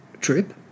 trip